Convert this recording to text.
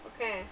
Okay